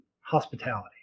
hospitality